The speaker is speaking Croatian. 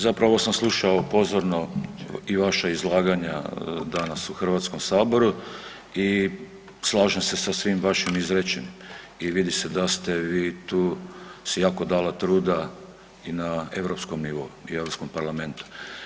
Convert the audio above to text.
Zapravo sam slušao pozorno i vaša izlaganja danas u HS i slažem se sa svim vašim izrečenim i vidi se da ste vi tu si jako dala truda i na europskom nivou i Europskom parlamentu.